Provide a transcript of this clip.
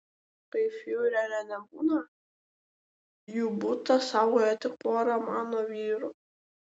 kai fiurerio nebūna jų butą saugoja tik pora mano vyrų